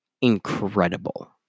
incredible